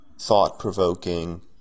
thought-provoking